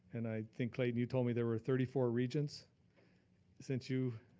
and i think, clayton, you told me there were thirty four regents since you,